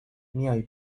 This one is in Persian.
میای